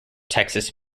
texas